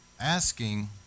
asking